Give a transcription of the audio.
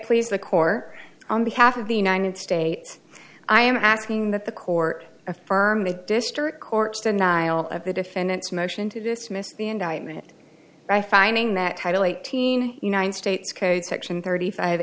please the core on behalf of the united states i am asking that the court affirmed the district court's denial of the defendant's motion to dismiss the indictment by finding that title eighteen united states code section thirty five